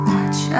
Watch